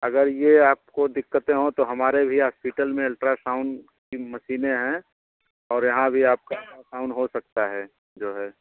अगर ये आपको दिक्कते हों तो हमारे भी हास्पिटल में अल्ट्रासाउंड की मशीनें हैं और यहाँ भी आपका अल्ट्रासाउंड हो सकता है जाे है